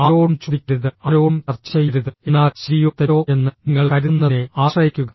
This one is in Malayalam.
ആരോടും ചോദിക്കരുത് ആരോടും ചർച്ച ചെയ്യരുത് എന്നാൽ ശരിയോ തെറ്റോ എന്ന് നിങ്ങൾ കരുതുന്നതിനെ ആശ്രയിക്കുക